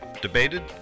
debated